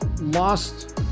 lost